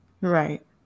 right